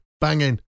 banging